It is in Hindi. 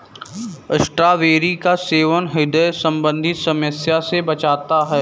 स्ट्रॉबेरी का सेवन ह्रदय संबंधी समस्या से बचाता है